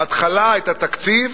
בהתחלה את התקציב